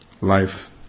life